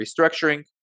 restructuring